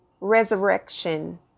resurrection